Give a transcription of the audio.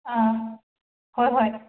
ꯍꯣꯏ ꯍꯣꯏ